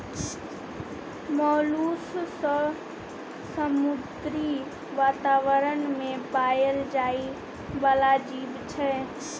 molluscs समुद्री बातावरण मे पाएल जाइ बला जीब छै